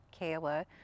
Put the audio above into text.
Kayla